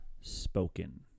spoken